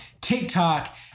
TikTok